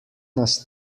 nas